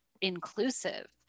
inclusive